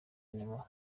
nyuma